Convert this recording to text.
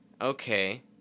Okay